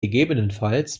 ggf